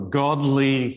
godly